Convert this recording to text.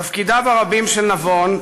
תפקידיו הרבים של נבון,